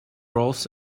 rolls